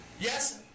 yes